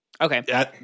Okay